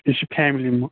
یہِ چھِ فیملِی